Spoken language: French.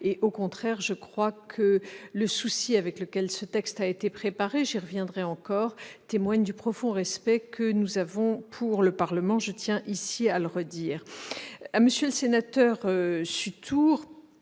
Au contraire, le souci avec lequel ce texte a été préparé- j'y reviendrai -témoigne du profond respect que nous avons pour le Parlement- je tiens ici à le redire.